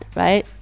right